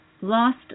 lost